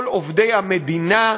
כל עובדי המדינה,